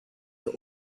the